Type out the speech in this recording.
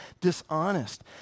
dishonest